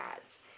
ads